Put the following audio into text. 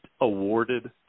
awarded